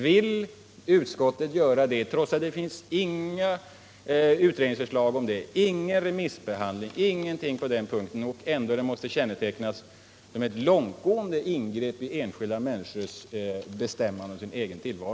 Vill utskottet göra det trots att inga utredningsförslag, ingen remissbehandling och ingenting annat finns, och trots att det måste betecknas som ett långtgående ingrepp i enskilda människors bestämmande över sin egen tillvaro?